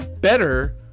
better